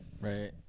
Right